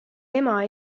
ema